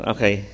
Okay